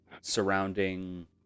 surrounding